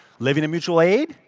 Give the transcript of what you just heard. living in mutual aid,